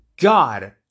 god